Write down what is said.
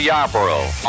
Yarborough